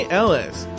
ellis